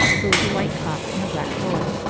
the little white cock and the black pullet,